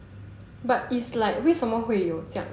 but is like 为什么会有这样